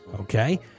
Okay